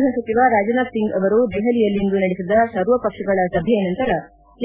ಗ್ಬಹ ಸಚಿವ ರಾಜ್ನಾಥ್ ಒಂಗ್ ಅವರು ದೆಹಲಿಯಲ್ಲಿಂದು ನಡೆಸಿದ ಸರ್ವಪಕ್ಷಗಳ ಸಭೆಯ ನಂತರ